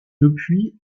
depuis